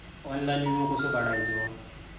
Online विमो कसो काढायचो?